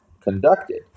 conducted